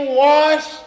wash